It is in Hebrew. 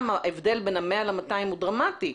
ההבדל בין 100 ל-200 הוא דרמטי?